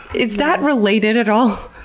is that related at all?